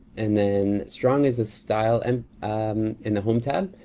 and then strong is a style and um in the home tab.